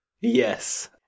Yes